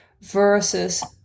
versus